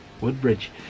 Woodbridge